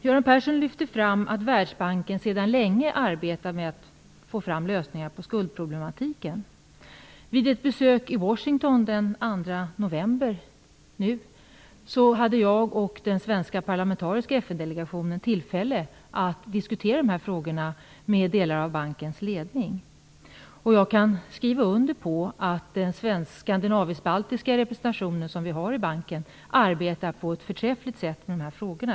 Göran Persson lyfter fram att Världsbanken sedan länge arbetar med att få fram lösningar på skuldproblematiken. Vid ett besök i Washington den 2 november hade jag och den svenska parlamentariska FN-delegationen tillfälle att diskutera de här frågorna med delar av bankens ledning. Jag kan skriva under på att den skandinavisk-baltiska representation som vi har i banken arbetar på ett förträffligt sätt med de här frågorna.